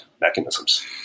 mechanisms